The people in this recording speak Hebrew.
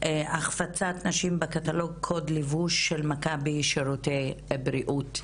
החפצת נשים בקטלוג קוד לבוש של מכבי שירותי בריאות.